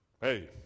Hey